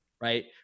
right